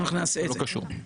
אנחנו נעשה את זה.